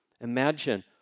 Imagine